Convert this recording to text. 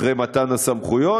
אחרי מתן הסמכויות,